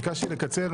ביקשתי לקצר.